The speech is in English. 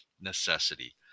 necessity